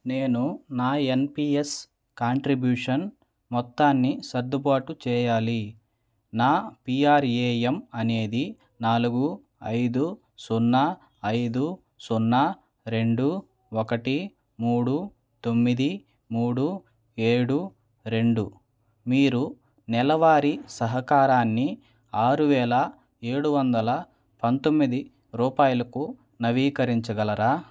నేను నా NPS contribution మొత్తాన్ని సర్దుబాటు చేయాలి నా పీఆర్ఏఎమ్ అనేది నాలుగు ఐదు సున్నా ఐదు సున్నా రెండు ఒకటి మూడు తొమ్మిది మూడు ఏడు రెండు మీరు నెలవారీ సహకారాన్ని ఆరు వేల ఏడు వందల పంతొమ్మిది రూపాయలకు నవీకరించగలరా